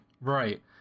Right